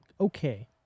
okay